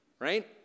right